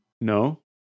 No